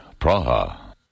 Praha